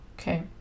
Okay